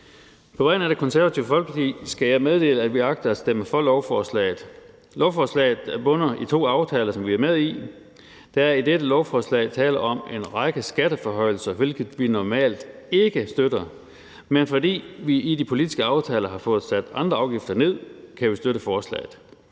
På vegne af Det Konservative Folkeparti skal jeg meddele, at vi agter at stemme for lovforslaget. Lovforslaget bunder i to aftaler, som vi er med i. Der er i dette lovforslag tale om en række skatteforhøjelser, hvilket vi normalt ikke støtter, men fordi vi i de politiske aftaler har fået sat andre afgifter ned, kan vi støtte forslaget.